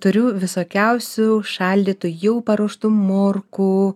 turiu visokiausių šaldytų jau paruoštų morkų